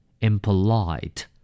Impolite